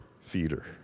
feeder